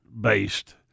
based